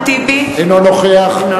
אינו נוכח אחמד טיבי,